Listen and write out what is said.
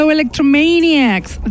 Electromaniacs